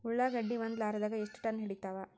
ಉಳ್ಳಾಗಡ್ಡಿ ಒಂದ ಲಾರಿದಾಗ ಎಷ್ಟ ಟನ್ ಹಿಡಿತ್ತಾವ?